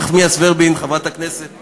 חברת הכנסת נחמיאס ורבין.